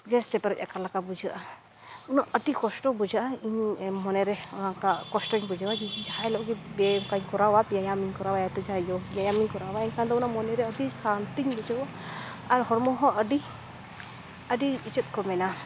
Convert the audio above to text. ᱜᱮᱥᱛᱮ ᱯᱮᱨᱮᱡᱽ ᱟᱠᱟᱱ ᱞᱮᱠᱟ ᱵᱩᱡᱷᱟᱹᱜᱼᱟ ᱩᱱᱟᱹᱜ ᱟᱹᱰᱤ ᱠᱚᱥᱴᱚ ᱵᱩᱡᱷᱟᱹᱜᱼᱟ ᱤᱧ ᱢᱚᱱᱮᱨᱮ ᱱᱚᱝᱠᱟ ᱠᱚᱥᱴᱚᱧ ᱵᱩᱡᱷᱟᱹᱣᱟ ᱡᱩᱫᱤ ᱡᱟᱦᱟᱸ ᱦᱤᱞᱳᱜ ᱚᱱᱠᱟᱧ ᱠᱚᱨᱟᱣᱟ ᱵᱮᱭᱟᱢᱤᱧ ᱠᱚᱨᱟᱣᱟ ᱡᱟᱦᱟᱸ ᱦᱤᱞᱳᱜ ᱵᱮᱭᱟᱢᱤᱧ ᱠᱚᱨᱟᱣᱟ ᱮᱱᱠᱷᱟᱱ ᱫᱚ ᱚᱱᱟ ᱢᱚᱱᱮᱨᱮ ᱟᱹᱰᱤ ᱥᱟᱹᱱᱛᱤᱧ ᱵᱩᱡᱷᱟᱹᱣᱟ ᱟᱨ ᱦᱚᱲᱢᱚ ᱦᱚᱸ ᱟᱹᱰᱤ ᱪᱮᱫ ᱠᱚ ᱢᱮᱱᱟ